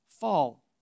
Fall